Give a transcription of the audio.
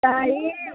তাই